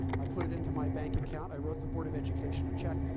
i put it into my bank account. i wrote the board of education a check,